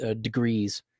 degrees